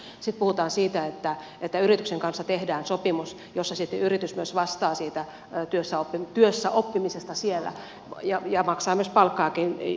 oppisopimuskoulutuksessa sitten puhutaan siitä että yrityksen kanssa tehdään sopimus jossa sitten yritys myös vastaa työssäoppimisesta siellä ja maksaa myös palkkaakin